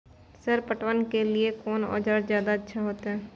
Sir पटवन के लीऐ कोन औजार ज्यादा अच्छा होते?